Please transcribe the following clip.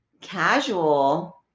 casual